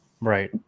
Right